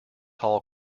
hall